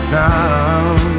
down